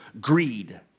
greed